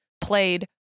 played